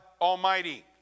Almighty